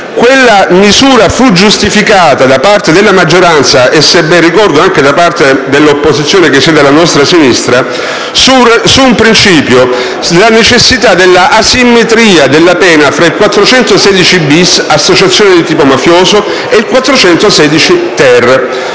Quella misura fu giustificata (dalla maggioranza e, se ben ricordo, anche da parte dell'opposizione che siede alla nostra sinistra) sulla base di un principio: la necessità dell'asimmetria della pena tra il 416-*bis* (associazione di tipo mafioso) e il 416-*ter*